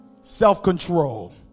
Self-control